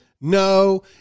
No